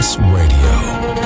Radio